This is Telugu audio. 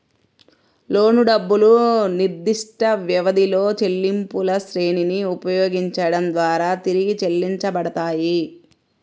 లోను డబ్బులు నిర్దిష్టవ్యవధిలో చెల్లింపులశ్రేణిని ఉపయోగించడం ద్వారా తిరిగి చెల్లించబడతాయి